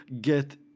get